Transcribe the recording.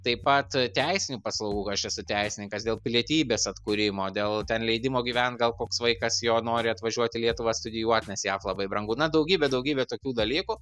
taip pat teisinių paslaugų aš esu teisininkas dėl pilietybės atkūrimo dėl ten leidimo gyvent gal koks vaikas jo nori atvažiuot į lietuvą studijuot nes jav labai brangu na daugybė daugybė tokių dalykų